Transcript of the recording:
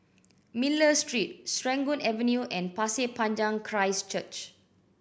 Miller Street Serangoon Avenue and Pasir Panjang Christ Church